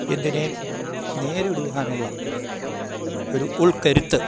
എന്തിനേയും നേരിടുവാനുള്ള ഒരു ഉൾക്കരുത്ത്